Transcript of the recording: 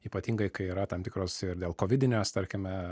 ypatingai kai yra tam tikros ir dėl kovidinės tarkime